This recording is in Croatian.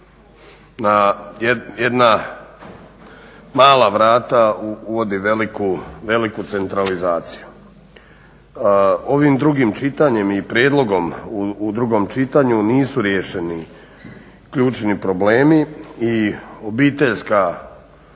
na jedna mala vrata uvodi veliku centralizaciju. Ovim drugim čitanjem i prijedlogom u drugom čitanju nisu riješeni ključni problemi i obiteljska